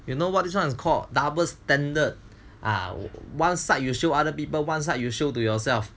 you know what this one is called double standard ah one side you show other people one side you show to yourself